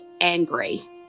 angry